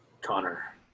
Connor